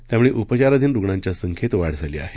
त्यामुळे उपचाराधीन रुग्णांच्या संख्येत वाढ झाली आहे